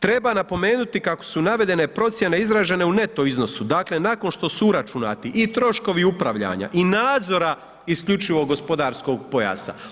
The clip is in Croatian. Treba napomenuti kako su navedene procjene izražene u neto iznosu, dakle nakon što su uračunati i troškovi upravljanja i nadzora isključivog gospodarskog pojasa.